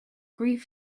grief